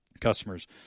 customers